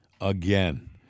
again